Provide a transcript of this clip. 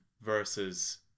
versus